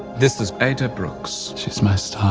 this is ada brooks, she's my star.